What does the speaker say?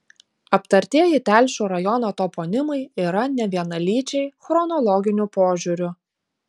aptartieji telšių rajono toponimai yra nevienalyčiai chronologiniu požiūriu